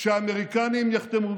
כשהאמריקנים יחתמו?